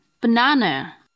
banana